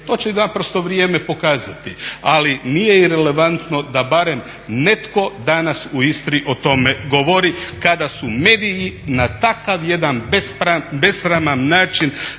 to će naprosto vrijeme pokazati. Ali nije irelevantno da barem netko danas u Istri o tome govori kada su mediji na takav jedan besraman način